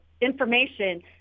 information